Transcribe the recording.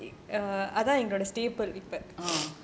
uh